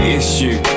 issue